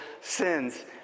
sins